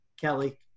Kelly